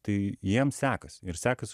tai jiems sekas ir sekas